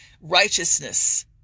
righteousness